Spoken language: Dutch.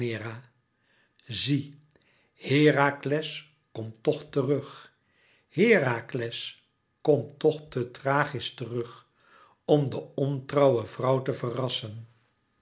zie herakles komt tch terug herakles komt tch te thrachis terug om de ontrouwe vrouw te verrassen